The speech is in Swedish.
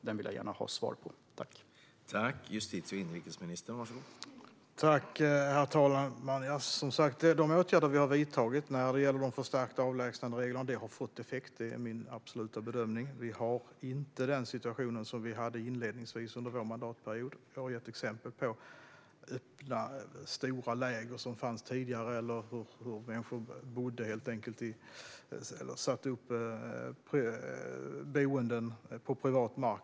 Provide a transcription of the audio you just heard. Jag vill gärna ha ett svar på den frågan.